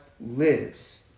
lives